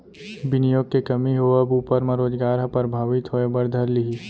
बिनियोग के कमी होवब ऊपर म रोजगार ह परभाबित होय बर धर लिही